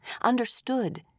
understood